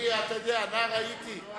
אתה יודע, נער הייתי,